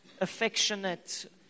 affectionate